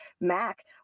Mac